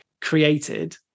created